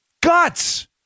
Guts